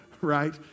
right